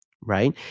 right